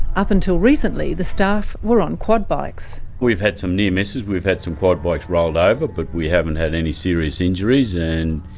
up until recently, the staff were on quad bikes. we've had some near misses, we've had some quad bikes rolled over but we haven't had any serious injuries and,